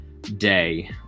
day